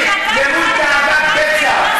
של צדק חברתי מול תאוות בצע.